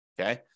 Okay